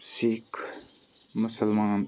سِکھ مُسَلمان